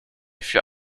für